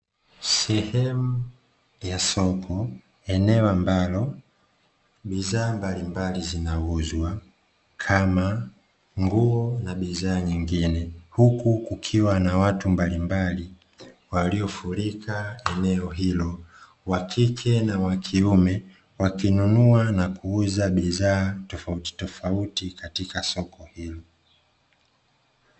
Sehemu ya soko, eneo ambalo bidhaa mbalimbali zinauzwa, kama nguo na bidhaa nyingine. Huku kukiwa na watu mbalimbali waliofurika eneo hilo, wa kike na wa kiume, wakinunua na kuuza bidhaa tofautitofauti katika soko hilo.